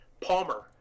palmer